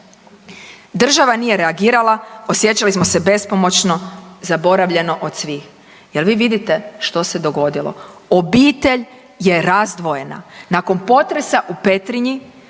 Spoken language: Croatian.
Država nije reagirala, osjećali smo se bespomoćno, zaboravljeno od svih. Jel' vi vidite što se dogodilo? Obitelj je razdvojena nakon potresa u Petrinji